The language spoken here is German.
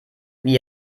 wie